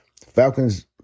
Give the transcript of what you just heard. Falcons